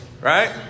right